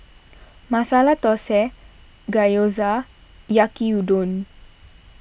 Masala Dosa Gyoza Yaki Udon